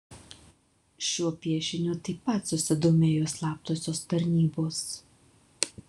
šiuo piešiniu taip pat susidomėjo slaptosios tarnybos